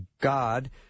God